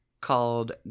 called